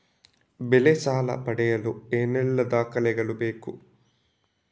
ಬೆಳೆ ಸಾಲ ಪಡೆಯಲು ಏನೆಲ್ಲಾ ದಾಖಲೆಗಳು ಬೇಕು?